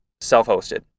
self-hosted